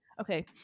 Okay